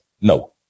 no